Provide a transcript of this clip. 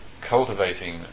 cultivating